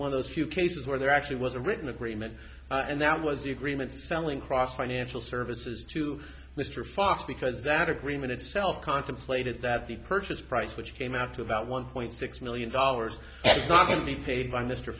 one of the few cases where there actually was a written agreement and that was the agreement selling cross financial services to mr fox because that agreement itself contemplated that the purchase price which came out to about one point six million dollars is not going to be paid by mr